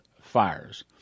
fires